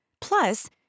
Plus